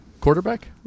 Quarterback